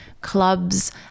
clubs